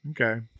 Okay